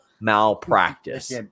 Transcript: malpractice